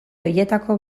horietako